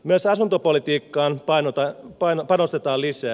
myös asuntopolitiikkaan panostetaan lisää